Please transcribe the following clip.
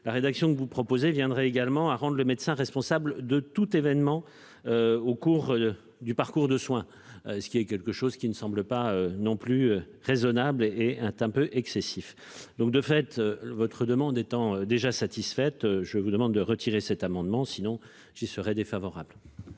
la rédaction que vous proposez viendrait également à rendre le médecin responsable de tout événement. Au cours de du parcours de soin. Ce qui est quelque chose qui ne semble pas non plus raisonnable et un, un peu excessif. Donc de fait le votre demande étant déjà satisfaite. Je vous demande de retirer cet amendement sinon j'y serais défavorable.